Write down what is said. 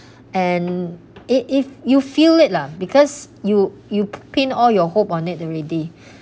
and it it you feel it lah because you you pin all your hope on it already